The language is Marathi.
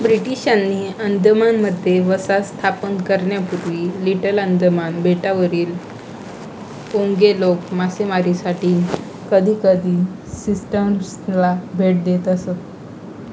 ब्रिटिशांनी अंदमानमध्ये वसाहत स्थापन करण्यापूर्वी लिटल अंदमान बेटावरील ओंगे लोक मासेमारीसाठी कधीकधी सिस्टम्सला भेट देत असत